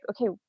okay